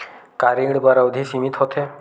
का ऋण बर अवधि सीमित होथे?